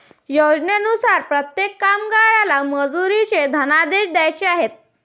योजनेनुसार प्रत्येक कामगाराला मजुरीचे धनादेश द्यायचे आहेत